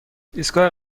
ایستگاه